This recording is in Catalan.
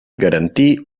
garantir